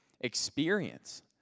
experience